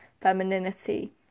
femininity